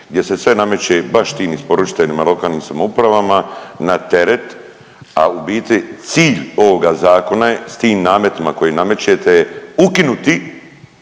gdje se sve nameće baš tim isporučiteljima lokalnim samoupravama na teret, a u biti cilj ovoga Zakona je s tim nametima koje namećete ukinuti